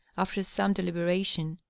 after some deliberation,